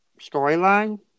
storyline